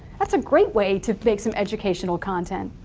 that's a great way to make some educational content,